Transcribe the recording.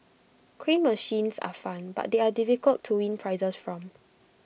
crane machines are fun but they are difficult to win prizes from